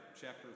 chapter